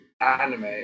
anime